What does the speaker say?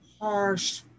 harsh